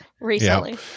recently